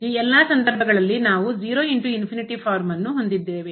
ಈ ಎಲ್ಲಾ ಸಂದರ್ಭಗಳಲ್ಲಿ ನಾವು ಫಾರ್ಮ್ ಅನ್ನು ಹೊಂದಿರುತ್ತೇವೆ